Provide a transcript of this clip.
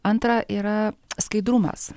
antra yra skaidrumas